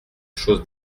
chose